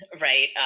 right